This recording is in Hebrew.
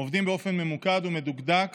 עובדים באופן ממוקד ומדוקדק